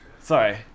Sorry